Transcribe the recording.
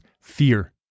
fear